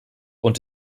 und